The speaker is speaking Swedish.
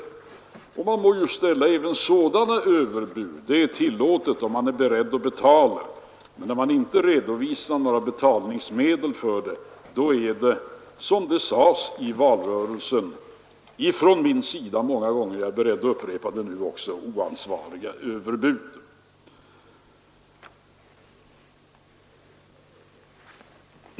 Man får naturligtvis ställa även sådana överbud. Det är tillåtet om man är beredd att betala. Men när man inte redovisar några betalningsmedel är det — som jag sade många gånger under valrörelsen, och jag är beredd att upprepa det nu — oansvariga överbud.